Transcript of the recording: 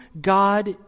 God